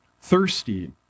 thirsty